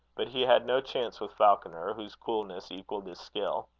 but he had no chance with falconer, whose coolness equalled his skill.